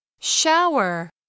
shower